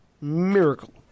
Miracle